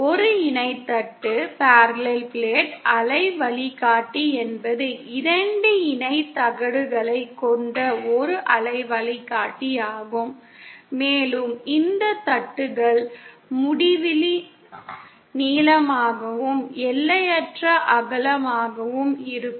ஒரு இணை தட்டு அலை வழிகாட்டி என்பது இரண்டு இணை தகடுகளைக் கொண்ட ஒரு அலை வழிகாட்டியாகும் மேலும் இந்த தட்டுகள் முடிவிலி நீளமாகவும் எல்லையற்ற அகலமாகவும் இருக்கும்